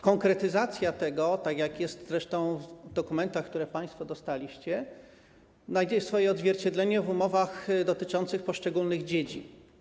Konkretyzacja tego - tak jak jest zresztą w dokumentach, które państwo dostaliście - znajdzie swoje odzwierciedlenie w umowach dotyczących poszczególnych dziedzin.